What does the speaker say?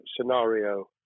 scenario